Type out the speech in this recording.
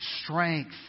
strength